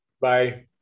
Bye